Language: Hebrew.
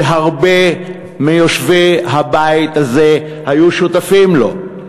שהרבה מיושבי הבית הזה היו שותפים לו,